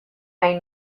nahi